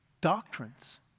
doctrines